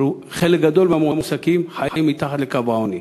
חלק גדול מהמועסקים חיים מתחת לקו העוני.